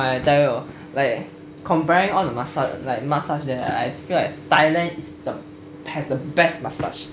ah I tell you hor like comparing all the massage like massage there right I feel like thailand is the has the best massage